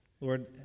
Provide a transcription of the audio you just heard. Lord